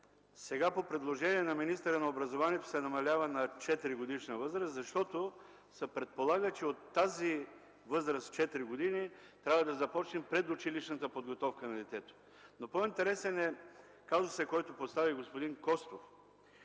сега по предложение на министъра на образованието се намалява на 4 годишна възраст, защото се предполага, че от нея трябва да започне предучилищната подготовка на детето. По-интересен обаче е казусът, който постави господин Костов.